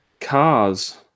cars